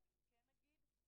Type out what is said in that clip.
אבל כן אגיד,